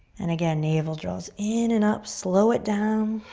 and again, navel draws in and up. slow it down.